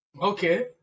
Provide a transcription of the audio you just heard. Okay